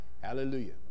Hallelujah